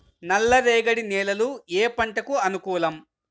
నల్ల రేగడి నేలలు ఏ పంటకు అనుకూలం?